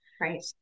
Right